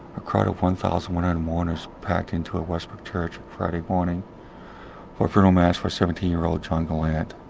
a crowd of one thousand one hundred mourners packed into a westbrook church friday morning for a funeral mass for seventeen year old john gallant.